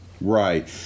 Right